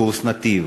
קורס "נתיב".